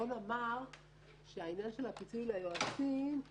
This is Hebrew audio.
רון אמר שהעניין של הפיצוי ליועצים,